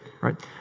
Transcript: right